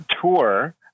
Tour